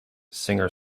singer